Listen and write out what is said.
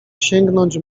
sięgnąć